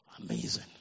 Amazing